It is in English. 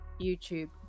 youtube